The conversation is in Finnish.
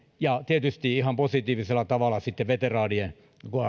ja tietysti ihan positiivisella tavalla sitten veteraanien